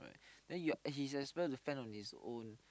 then you are and he has well to fend on his own